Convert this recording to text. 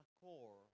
core